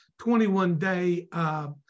21-day